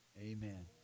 amen